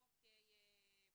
אוקי,